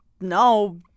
no